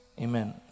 Amen